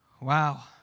Wow